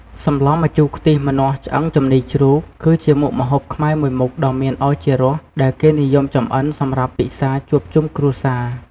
សម្លម្ជូរខ្ទិះម្នាស់ឆ្អឹងជំនីរជ្រូក គឺជាមុខម្ហូបខ្មែរមួយមុខដ៏មានឱជារស ដែលគេនិយមចម្អិនសម្រាប់ពិសាជួបជុំគ្រួសារ។